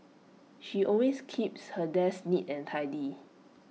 she always keeps her desk neat and tidy